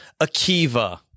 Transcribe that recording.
Akiva